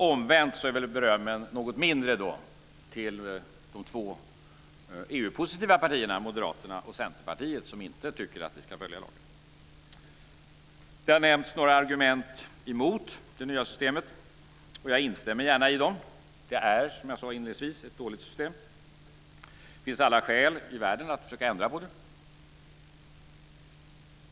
Omvänt är berömmet något mindre till de två EU-positiva partierna, Moderaterna och Centerpartiet, som inte tycker att vi ska följa lagen. Det har nämnts några argument mot det nya systemet, och jag instämmer gärna i dem. Det är, som jag sade inledningsvis, ett dåligt system. Det finns alla skäl i världen att försöka ändra på det.